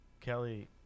Kelly